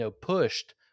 pushed